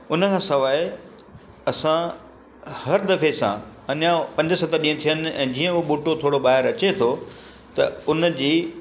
उनखां सवाइ असां हर दफ़े सां अञा पंज सत ॾींहं थियनि ऐं जीअं उहो ॿूटो थोरो ॿाहिरि अचे थो त उनजी